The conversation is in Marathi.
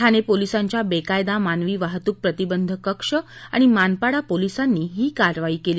ठाणे पोलिसांच्या बेकायदा मानवी वाहतुक प्रतिबंधक कक्ष आणि मानपाडा पोलिसांनी काल ही कारवाई केली